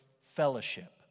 fellowship